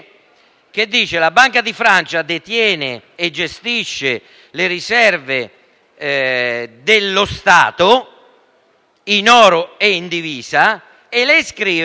la quale la Banque de France detiene e gestisce le riserve dello Stato in oro e in divisa e le iscrive